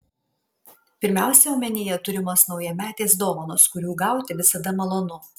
pirmiausia omenyje turimos naujametės dovanos kurių gauti visada malonu